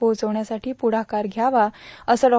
पोहचवण्यासाठी पुढाकार घ्यावा असं डॉ